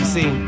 See